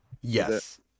Yes